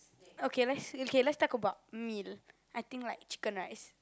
okay let's okay let's talk about meal I think like chicken rice